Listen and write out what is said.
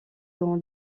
dans